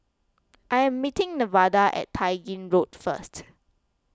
I am meeting Nevada at Tai Gin Road first